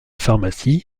pharmacie